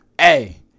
Hey